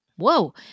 Whoa